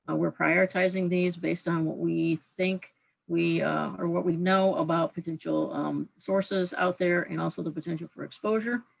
we're prioritizing days based on what we think we or what we know about potential sources out there and also the potential for exposure.